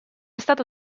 stato